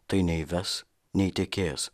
tai nei ves nei tekės